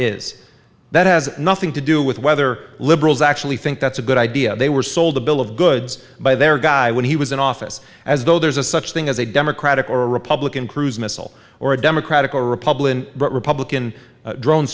is that has nothing to do with whether liberals actually think that's a good idea they were sold a bill of goods by their guy when he was in office as though there's a such thing as a democratic or republican cruise missile or a democratic or republican republican drone